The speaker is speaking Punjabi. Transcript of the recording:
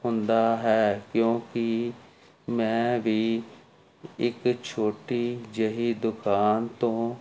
ਹੁੰਦਾ ਹੈ ਕਿਉਂਕਿ ਮੈਂ ਵੀ ਇੱਕ ਛੋਟੀ ਜਿਹੀ ਦੁਕਾਨ ਤੋਂ